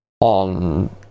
on